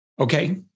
Okay